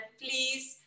please